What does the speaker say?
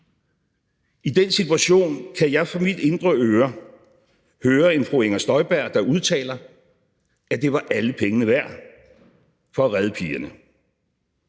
I den situation kan jeg for mit indre øre høre en fru Inger Støjberg, der udtaler, at det var alle pengene værd for at redde pigerne.